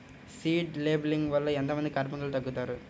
Seed లేంబింగ్ వల్ల ఎంత మంది కార్మికులు తగ్గుతారు?